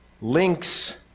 links